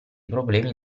problemi